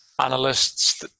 analysts